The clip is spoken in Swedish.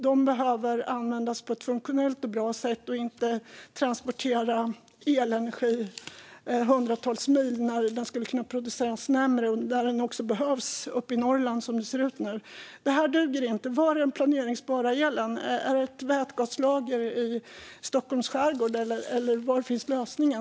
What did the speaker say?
De ska användas på ett funktionellt och bra sätt och inte transportera elenergi hundratals mil när den kan närproduceras, till exempel just nu i Norrland. Det här duger inte. Var är den planerbara elen? Är det ett vätgaslager i Stockholms skärgård? Var finns lösningen?